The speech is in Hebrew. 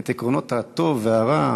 את עקרונות הטוב והרע,